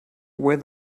where